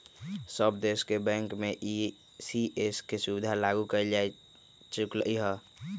सब देश के बैंक में ई.सी.एस के सुविधा लागू कएल जा चुकलई ह